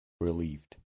relieved